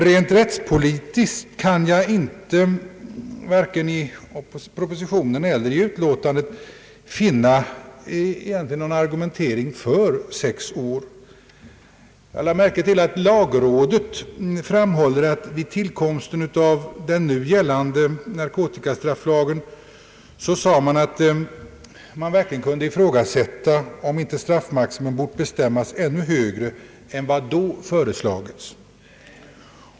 Rent rättspolitiskt kan jag inte, vare sig i propositionen eller i utlåtandet, finna någon egentlig argumentering för sex år. Jag lade märke till att lagrådet framhåller att vid tillkomsten av den nu gällande narkotikastrafflagen sade man att man verkligen kunde ifrågasätta om inte straffmaximum borde bestämmas ännu högre än vad då föreslagits.